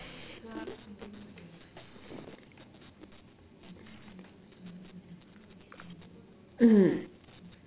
mm